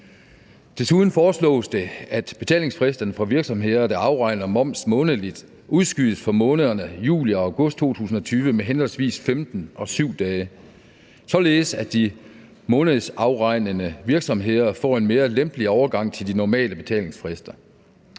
Desuden foreslås det, at betalingsfristerne for virksomheder, der afregner moms månedligt, udskydes for månederne juli og august 2020 med henholdsvis 15 og 7 dage, således at de månedsafregnende virksomheder får en mere lempelig overgang til de normale betalingsfrister.